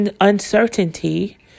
uncertainty